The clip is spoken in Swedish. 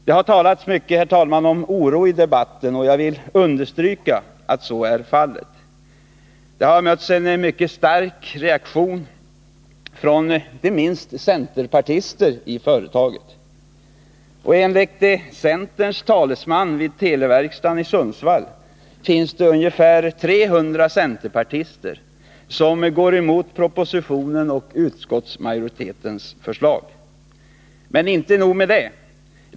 Det har talats mycket här i debatten om att det råder oro, och jag vill understryka att så är fallet. Stark reaktion har också märkts inte minst från centerpartister vid företaget. Enligt centerns talesman vid televerkstaden i Sundsvall finns det ungefär 300 centerpartister som går emot propositionen och utskottsmajoritetens förslag. Men inte nog med det.